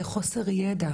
חוסר ידע